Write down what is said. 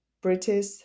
British